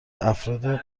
افراد